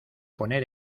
poner